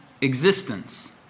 existence